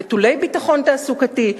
נטולי ביטחון תעסוקתי,